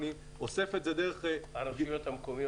אני אוסף את זה דרך הרשויות המקומיות.